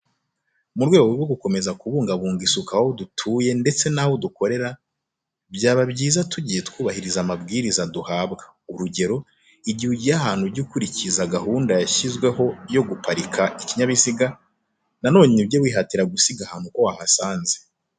Mu rwego rwo gukomeza kubungabunga isuku aho dutuye ndetse ni aho dukorera, byaba byiza tugiye twubahiriza amabwiriza duhabwa. Urugero, igihe ugiye ahantu uge ukurikiza gahunda yashyizweho yo guparika ibinyabiziga nanone uge wihatira gusiga ahantu uko wahasanze.